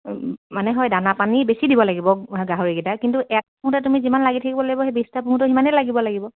মানে হয় দানা পানী বেছি দিব লাগিব গাহৰিকেইটা কিন্তু এক পোহতে তুমি যিমান লাগি থাকিব লাগিব সেই বিশটা পোহোত সিমানেই লাগিব লাগিব